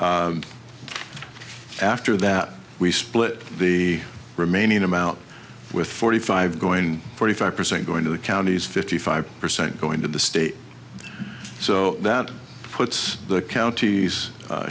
after that we split the remaining amount with forty five going forty five percent going to the counties fifty five percent going to the state so that puts the counties